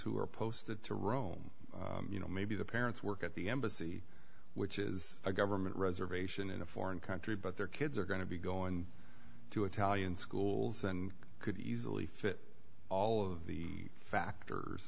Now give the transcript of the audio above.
who are posted to rome you know maybe the parents work at the embassy which is a government reservation in a foreign country but their kids are going to be going to italian schools and could easily fit all of the factors